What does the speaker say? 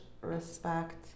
respect